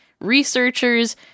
researchers